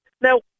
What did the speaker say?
Now